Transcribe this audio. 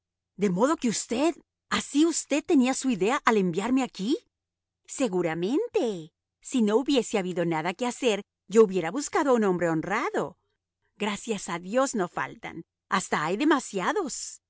de modo que usted así usted tenía su idea al enviarme aquí seguramente si no hubiese habido nada que hacer yo hubiera buscado a un hombre honrado gracias a dios no faltan hasta hay demasiados